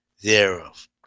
thereof